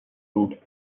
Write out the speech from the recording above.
rude